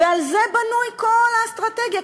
ועל זה בנויה כל האסטרטגיה.